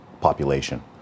population